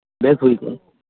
ᱵᱮᱥ ᱦᱩᱭ ᱠᱚᱜᱼᱟ